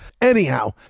Anyhow